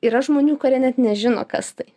yra žmonių kurie net nežino kas tai